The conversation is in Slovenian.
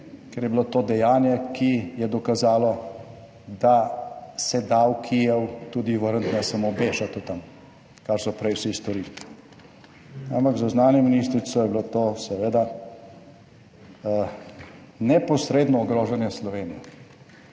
ker je bilo to dejanje, ki je dokazalo, da se da v Kijev tudi vrniti, ne samo bežat od tam, kar so prej vsi storili. Ampak za zunanjo ministrico je bilo to seveda neposredno ogrožanje Slovenije,